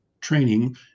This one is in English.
training